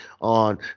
on